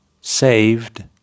saved